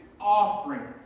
offering